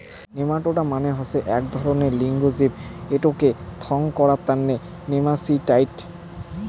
nematoda মানে হসে আক ধরণের লিঙ্গ জীব এটোকে থং করাং তন্ন নেমাটিসাইড